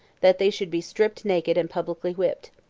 that they should be stripped naked and publicly whipped.